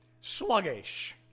sluggish